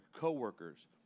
coworkers